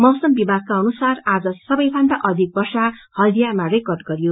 मौसम विभागका अनुसार आज सबैभन्दा अधिक वर्षा हल्दिया मा रेकर्ड गरियो